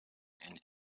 and